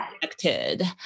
connected